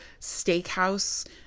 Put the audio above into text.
steakhouse